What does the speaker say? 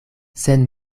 sen